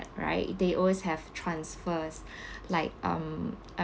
right they always have transfers like um a